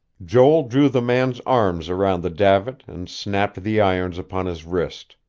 joel drew the man's arms around the davit, and snapped the irons upon his wrist.